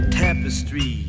tapestry